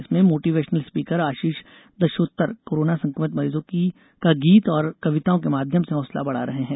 इसमें motivational speaker Ashish Dashottar corona संकमित मरीजों का गीत और कविताओं के माध्यम से हौसला बढ़ा रहे हैं